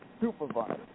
supervisor